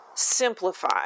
simplify